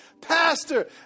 Pastor